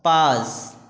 পাঁচ